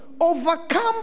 Overcome